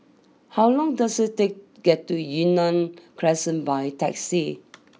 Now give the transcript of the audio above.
how long does it take get to Yunnan Crescent by taxi